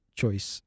choice